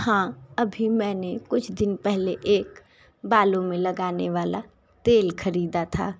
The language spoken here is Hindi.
हाँ अभी मैंने कुछ दिन पहले एक बालों में लगाने वाला तेल खरीदा था